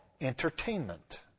entertainment